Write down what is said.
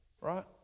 Right